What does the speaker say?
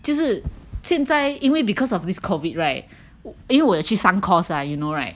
就是现在因为 because of this COVID right 因为我有去上 course ah you know right